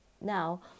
now